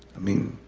i mean,